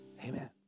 Amen